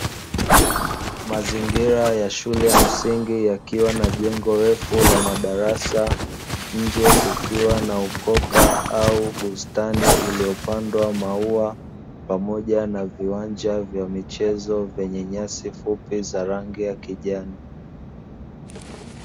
Mazingira ya shule ya msingi yakiwa na jengo refu la madarasa nje kukiwa na ukoka au bustani, iliyopandwa maua pamoja na viwanja vya michezo vyenye rangi fupi za rangi ya kijani.